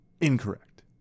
Incorrect